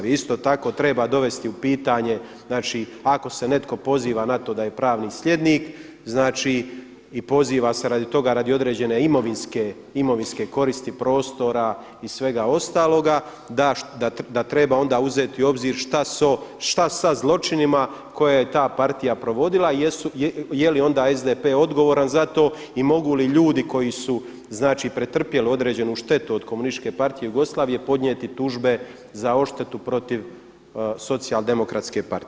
Isto tako treba dovesti u pitanje ako se neko poziva na to da je pravni slijednik i poziva se radi toga radi određene imovinske koristi, prostora i svega ostaloga da treba onda uzeti u obzir što sa zločinima koje je ta partija provodila i je li onda SDP odgovoran za to i mogu li ljudi koji su znači pretrpjeli određenu štetu od komunističke partije Jugoslavije podnijeti tužbe za odštetu protiv socijal-demokratske partije.